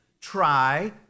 try